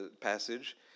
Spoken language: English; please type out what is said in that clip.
passage